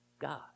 God